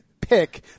pick